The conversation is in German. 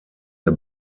der